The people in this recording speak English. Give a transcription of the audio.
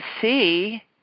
see